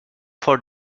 for